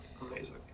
amazing